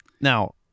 Now